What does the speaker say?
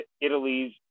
Italy's